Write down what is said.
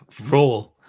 roll